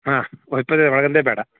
ಹಾಂ ಒಳಗಿನದ್ದೇ ಬೇಡ